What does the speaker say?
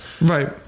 Right